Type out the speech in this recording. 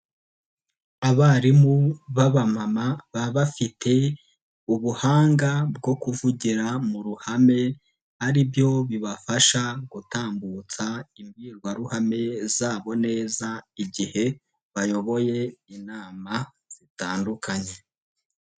Abarimu b'abamama baba bafite, ubuhanga bwo kuvugira mu ruhame, ari byo bibafasha gutambutsa imbwirwaruhame zabo neza igihe, bayoboye inama, zitandukanye.